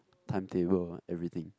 timetable ah everything